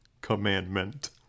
commandment